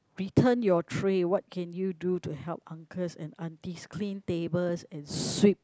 return your tray what can you do to help uncles and aunties clean tables and sweep